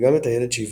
וגם את הילד שייוולד,